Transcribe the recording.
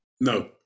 No